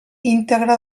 íntegre